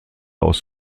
aus